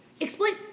Explain